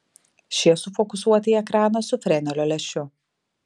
šie sufokusuoti į ekraną su frenelio lęšiu